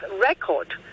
record